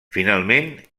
finalment